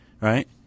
right